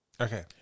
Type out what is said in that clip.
okay